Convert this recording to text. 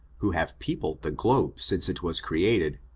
who have peopled the glohe since it was created,